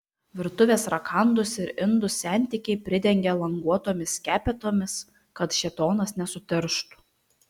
virtuvės rakandus ir indus sentikiai pridengia languotomis skepetomis kad šėtonas nesuterštų